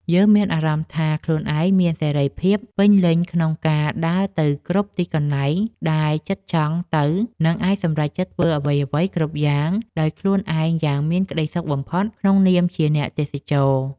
យើងមានអារម្មណ៍ថាខ្លួនឯងមានសេរីភាពពេញលេញក្នុងការដើរទៅគ្រប់ទីកន្លែងដែលចិត្តចង់ទៅ និង អាចសម្រេចចិត្តធ្វើអ្វីៗគ្រប់យ៉ាងដោយខ្លួនឯងយ៉ាងមានក្តីសុខបំផុតក្នុងនាមជាអ្នកទេសចរ។